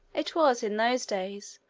it was, in those days,